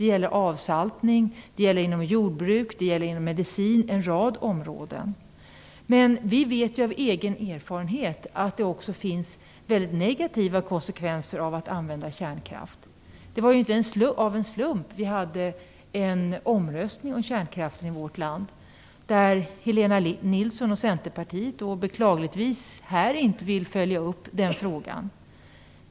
Det gäller avsaltning, jordbruk, medicin och en rad andra områden. Men vi vet av egen erfarenhet att det också finns väldigt negativa konsekvenser av att använda kärnkraft. Det var inte av en slump som vi hade en omröstning om kärnkraften i vårt land. Helena Nilsson och Centerpartiet vill beklagligtvis inte följa upp den frågan här.